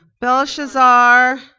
belshazzar